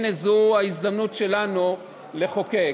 והנה, זו ההזדמנות שלנו לחוקק.